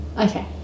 Okay